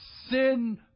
sin